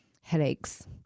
headaches